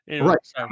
right